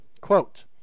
Quote